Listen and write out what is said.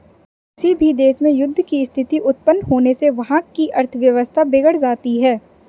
किसी भी देश में युद्ध की स्थिति उत्पन्न होने से वहाँ की अर्थव्यवस्था बिगड़ जाती है